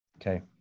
Okay